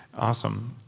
awesome.